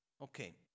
Okay